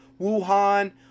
Wuhan